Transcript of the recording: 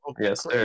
Yes